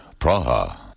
Praha